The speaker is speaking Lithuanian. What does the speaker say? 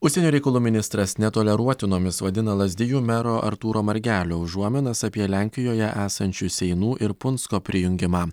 užsienio reikalų ministras netoleruotinomis vadina lazdijų mero artūro margelio užuominas apie lenkijoje esančių seinų ir punsko prijungimą